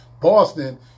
Boston